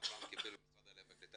אברהם קיבל ממשרד העלייה והקליטה